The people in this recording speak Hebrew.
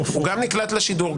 הוא גם נקלט לשידור,